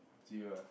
up to you ah